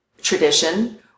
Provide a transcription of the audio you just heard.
tradition